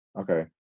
Okay